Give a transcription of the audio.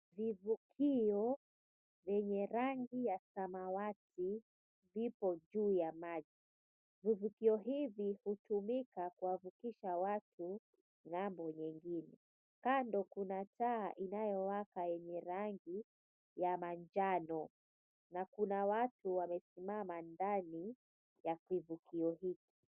Vivukio vyenye rangi ya samawati vipo juu ya maji. Vivukio hivi hutumika kuwavukisha watu ng'ambo nyingine. Kando kuna taa inayowaka yenye rangi ya manjano, na kuna watu wamesimama ndani ya kivukio hiki.